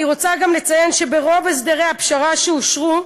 אני רוצה לציין שברוב הסדרי הפשרה שאושרו,